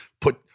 put